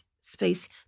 space